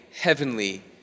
heavenly